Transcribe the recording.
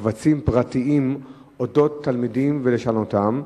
לקבצים פרטיים על תלמידים ולשנותם.